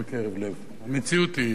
המציאות, היא איננה ראויה.